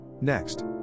Next